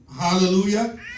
Hallelujah